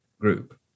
group